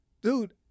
Dude